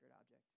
object